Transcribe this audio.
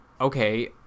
okay